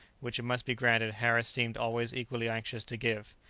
which it must be granted harris seemed always equally anxious to give.